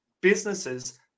businesses